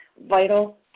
Vital